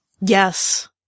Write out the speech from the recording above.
Yes